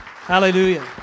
Hallelujah